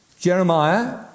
Jeremiah